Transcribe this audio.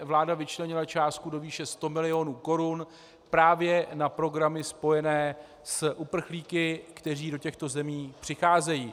Vláda vyčlenila částku do výše 100 milionů korun právě na programy spojené s uprchlíky, kteří do těchto zemí přicházejí.